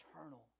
eternal